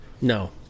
No